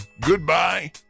goodbye